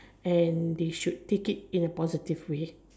and they should take it in a positive way